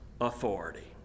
authority